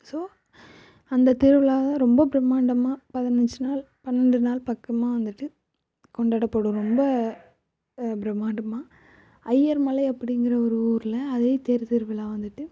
so அந்த திருவிழாவை ரொம்ப பிரமாண்டமாக பதினஞ்சு நாள் பன்னெரெண்டு நாள் பக்கமாக வந்துவிட்டு கொண்டாடப்படும் ரொம்ப பிரமாண்டமாக அய்யர்மலை அப்படிங்கிற ஒரு ஊரில் அதே தேர் திருவிழா வந்துவிட்டு